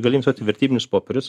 gali investuot į vertybinius popierius